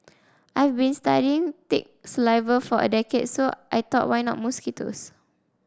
I've been studying tick saliva for a decade so I thought why not mosquitoes